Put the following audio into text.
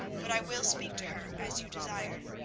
but i will speak to her as you desire.